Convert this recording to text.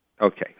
Okay